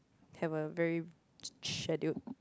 have a very scheduled